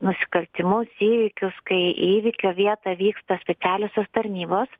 nusikaltimus įvykius kai į įvykio vietą vyksta specialiosios tarnybos